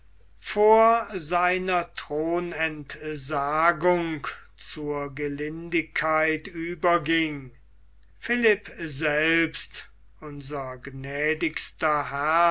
vor seiner thronentsagung zur gelindigkeit überging philipp selbst unser gnädigster herr